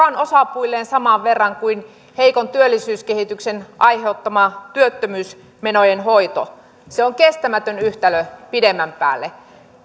on osapuilleen saman verran kuin heikon työllisyyskehityksen aiheuttama työttömyysmenojen hoito se on kestämätön yhtälö pidemmän päälle